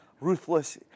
ruthless